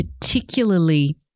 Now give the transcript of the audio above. particularly